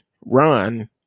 run